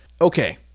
Okay